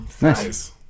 Nice